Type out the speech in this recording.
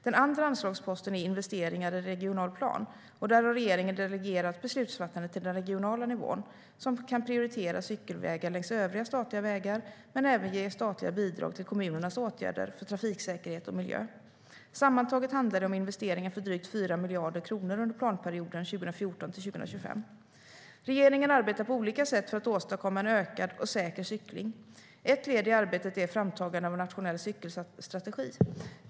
Den andra anslagsposten är Investeringar i regional plan , och där har regeringen delegerat beslutsfattandet till den regionala nivån, som kan prioritera cykelvägar längs övriga statliga vägar men även ge statliga bidrag till kommunernas åtgärder för trafiksäkerhet och miljö. Sammantaget handlar det om investeringar för drygt 4 miljarder kronor under planperioden 2014-2025. Regeringen arbetar på olika sätt för att åstadkomma ökad och säker cykling. Ett led i arbetet är framtagandet av en nationell cykelstrategi.